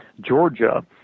Georgia